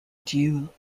duel